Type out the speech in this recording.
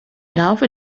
laufe